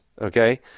Okay